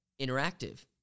Interactive